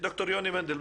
ד"ר יוני מנדל,